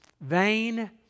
vain